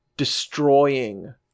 destroying